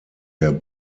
der